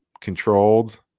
controlled